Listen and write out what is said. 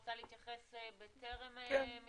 רוצה להתייחס בטרם משרד הבריאות -- כן,